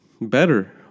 better